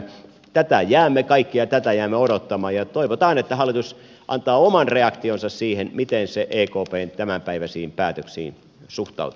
kaikkea tätä jäämme odottamaan ja toivotaan että hallitus antaa oman reaktionsa siihen miten se ekpn tämänpäiväisiin päätöksiin suhtautuu